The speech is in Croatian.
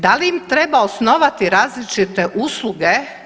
Da li im treba osnovati različite usluge?